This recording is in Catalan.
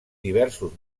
diversos